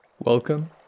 Welcome